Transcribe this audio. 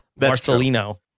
Marcelino